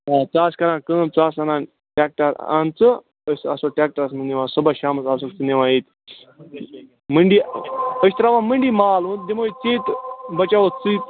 آ ژٕ آس چھِ کَران کٲم ژٕ آس اَنان ٹٮ۪کٹَر اَنژٕ أسۍ آسو ٹٮ۪کٹَرَس منٛز نِوان صُبحَس شامَس آسکھ ژٕ نِوان ییٚتہِ مٔنڈی أسۍ چھِ ترٛاوان مٔنڈی مال و دِموے ژ ےٚ تہٕ بَچاوہتھ ژٕے